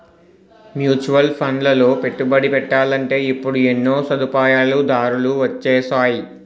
mutual ఫండ్లలో పెట్టుబడి పెట్టాలంటే ఇప్పుడు ఎన్నో సదుపాయాలు దారులు వొచ్చేసాయి